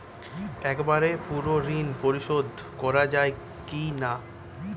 একবারে পুরো ঋণ পরিশোধ করা যায় কি না?